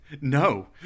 No